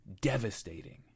devastating